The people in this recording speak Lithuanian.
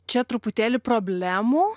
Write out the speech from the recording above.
čia truputėlį problemų